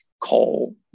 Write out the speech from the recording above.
coal